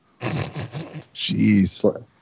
Jeez